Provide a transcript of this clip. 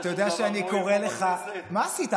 אתה יודע שאני קורא לך, מה עשית,